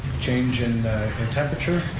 change in temperature.